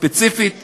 ספציפית לנושא,